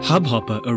Hubhopper